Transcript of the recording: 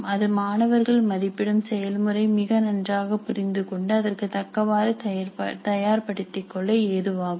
அது மாணவர்கள் மதிப்பிடும் செயல் முறை மிக நன்றாக புரிந்து கொண்டு அதற்கு தக்கவாறு தயார் படுத்திக் கொள்ள ஏதுவாகும்